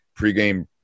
pregame